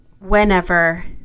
whenever